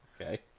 Okay